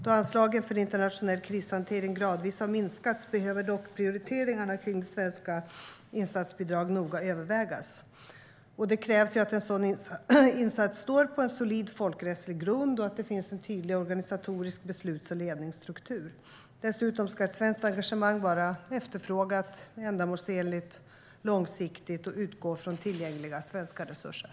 Då anslagen för internationell krishantering gradvis har minskats behöver dock prioriteringarna kring svenska insatsbidrag noga övervägas. Det krävs att en sådan insats står på en solid folkrättslig grund och att det finns en tydlig organisatorisk besluts och ledningsstruktur. Dessutom ska ett svenskt engagemang vara efterfrågat, ändamålsenligt, långsiktigt och utgå från tillgängliga svenska resurser.